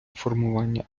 формування